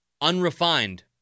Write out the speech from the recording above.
unrefined